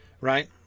Right